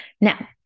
Now